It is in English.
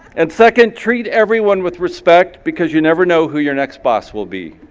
and second, treat everyone with respect because you never know who your next boss will be.